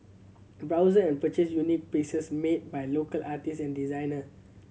browse and purchase unique pieces made by local artists and designer